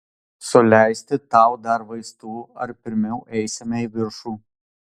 suleisti tau dar vaistų ar pirmiau eisime į viršų